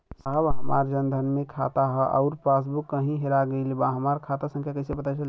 साहब हमार जन धन मे खाता ह अउर पास बुक कहीं हेरा गईल बा हमार खाता संख्या कईसे पता चली?